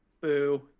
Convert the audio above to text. boo